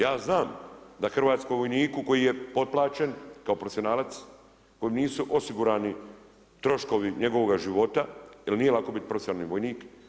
Ja znam da hrvatskom vojniku koji je potplaćen kao profesionalac, kojem nisu osigurani troškovi njegovoga života jer nije lako biti profesionalni vojnik.